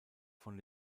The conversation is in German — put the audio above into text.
von